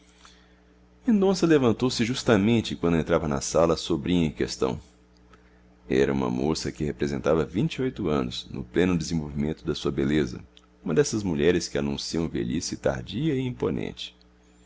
mendonça levantou-se justamente quando entrava na sala a sobrinha em questão era uma moça que representava vinte e oito anos no pleno desenvolvimento da sua beleza uma dessas mulheres que anunciam velhice tardia e imponente